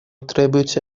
требуются